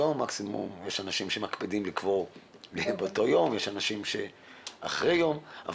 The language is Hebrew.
גם שיש אנשים שמקפידים לקבור באותו יום ויש כאלה שקוברים למוחרת,